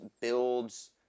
builds